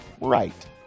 right